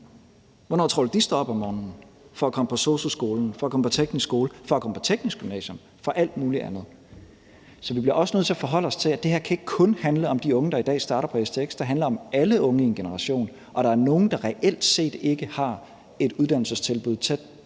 Hvornår tror du de står op om morgenen for at komme på sosu-skolen, for at komme på teknisk skole, for at komme på teknisk gymnasium, for at komme på alt muligt andet? Så vi bliver også nødt til at forholde os til, at det her ikke kun kan handle om de unge, der i dag starter på stx. Det handler om alle unge i en generation, og der er nogle, der reelt set ikke har et uddannelsestilbud tæt